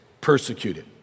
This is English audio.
persecuted